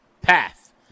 path